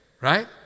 right